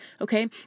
okay